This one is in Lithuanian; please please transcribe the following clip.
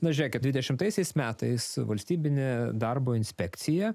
nu žiūrėkit dvidešimtaisiais metais valstybinė darbo inspekcija